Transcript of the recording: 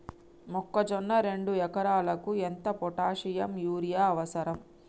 మొక్కజొన్న రెండు ఎకరాలకు ఎంత పొటాషియం యూరియా అవసరం?